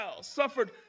suffered